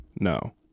No